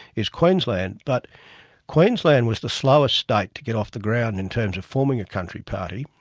is queensland. but queensland was the slowest state to get off the ground in terms of forming a country party.